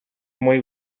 muy